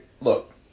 look